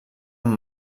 amb